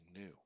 new